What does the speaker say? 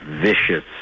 vicious